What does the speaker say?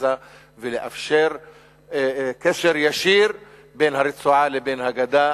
ברצועת-עזה ולאפשר קשר ישיר בין הרצועה לבין הגדה,